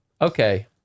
Okay